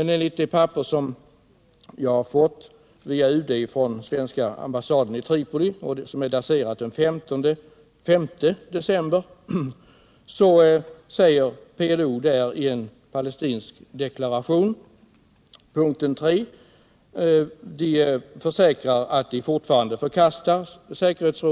Enligt ett papper daterat den 5 december 1977 som jag har fått via UD från svenska ambassaden i Tripoli förkastar PLO i en palestinsk deklaration, punkten 3, säkerhetsrådets